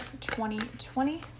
2020